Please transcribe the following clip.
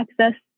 access